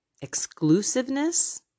exclusiveness